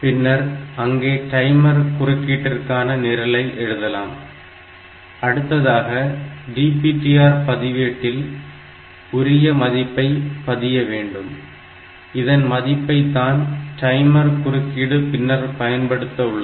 பின்னர் அங்கே டைமர் குறுக்கீட்டிற்கான நிரலை எழுதலாம் அடுத்ததாக DPTR பதிவேட்டில் உரிய மதிப்பை பதிய வேண்டும் இந்த மதிப்பை தான் டைமர் குறுக்கீடு பின்னர் பயன்படுத்த உள்ளது